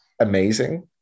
amazing